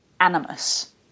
animus